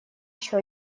еще